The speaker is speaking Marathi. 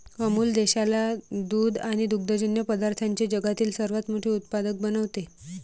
अमूल देशाला दूध आणि दुग्धजन्य पदार्थांचे जगातील सर्वात मोठे उत्पादक बनवते